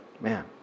man